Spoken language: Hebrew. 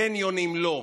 קניונים לא.